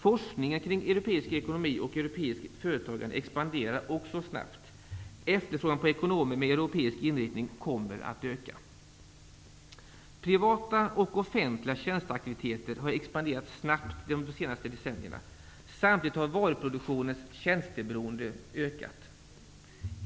Forskningen kring europeisk ekonomi och europeiskt företagande expanderar också snabbt. Efterfrågan på ekonomer med europeisk inriktning kommer att öka. Privata och offentliga tjänsteaktiviteter har expanderat snabbt de senaste decennierna. Samtidigt har varuproduktionens tjänsteberoende ökat.